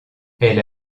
elle